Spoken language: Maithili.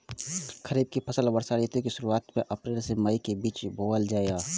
खरीफ के फसल वर्षा ऋतु के शुरुआत में अप्रैल से मई के बीच बौअल जायत छला